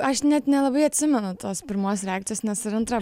aš net nelabai atsimenu tos pirmos reakcijos nes ir antra